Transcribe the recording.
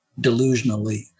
delusionally